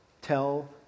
tell